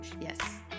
Yes